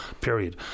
period